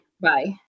Bye